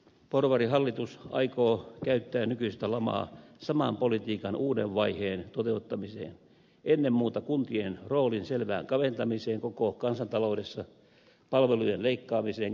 porvarihallitus aikoo käyttää nykyistä lamaa saman politiikan uuden vaiheen toteuttamiseen ennen muuta kuntien roolin selvään kaventamiseen koko kansantaloudessa palvelujen leikkaamiseen ja yksityistämiseen